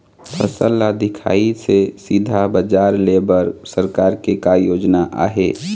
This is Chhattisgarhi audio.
फसल ला दिखाही से सीधा बजार लेय बर सरकार के का योजना आहे?